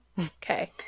Okay